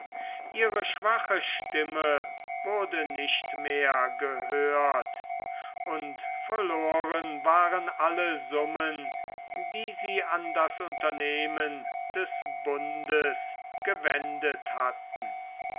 ihre schwache stimme wurde nicht mehr gehört und verloren waren alle summen die sie an das unternehmen des bundes gewendet hatten